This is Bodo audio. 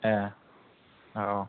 ए औ